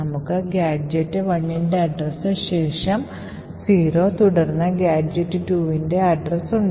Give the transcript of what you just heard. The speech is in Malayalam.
നമുക്ക് ഗാഡ്ജെറ്റ് 1 ന്റെ address ശേഷം 0 തുടർന്ന് ഗാഡ്ജെറ്റ് 2 ന്റെ address ഉണ്ട്